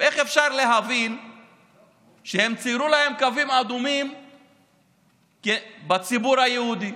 איך אפשר להבין את זה שהם ציירו להם קווים אדומים בציבור היהודי?